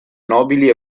nobili